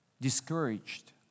discouraged